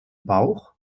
bauch